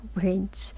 words